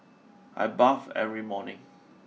I bathe every morning